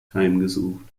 heimgesucht